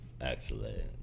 Excellent